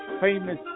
famous